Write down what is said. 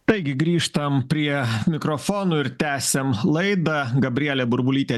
taigi grįžtam prie mikrofonų ir tęsiam laidą gabrielė burbulytė